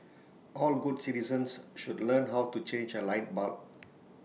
all good citizens should learn how to change A light bulb